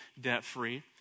debt-free